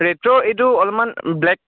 retro এইটো অলপমান black